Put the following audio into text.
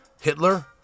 Hitler